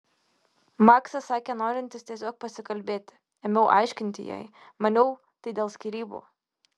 maksas sakė norintis tiesiog pasikalbėti ėmiau aiškinti jai maniau tai dėl skyrybų